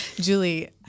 Julie